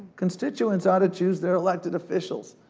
constituents ought to choose their elected officials.